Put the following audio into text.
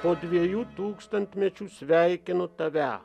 po dviejų tūkstantmečių sveikinu tave